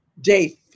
day